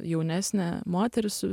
jaunesnė moteris